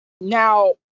Now